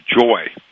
joy